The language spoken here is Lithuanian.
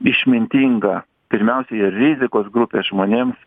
išmintinga pirmiausiai rizikos grupės žmonėms